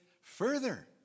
further